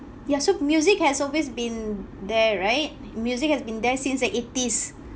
ya so music has always been there right music has been there since the eighties